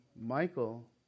Michael